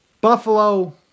Buffalo